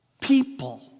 people